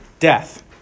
Death